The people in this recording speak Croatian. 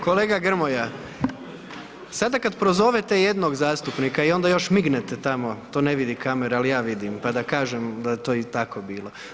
Kolega Grmoja, sada kada prozovete jednog zastupnika i onda još mignete tamo, to ne vidi kamera, ali ja vidim pa da kažem da je to tako bilo.